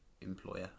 employer